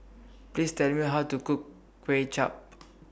Please Tell Me How to Cook Kway Chap